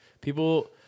People